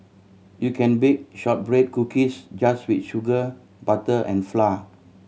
you can bake shortbread cookies just with sugar butter and flour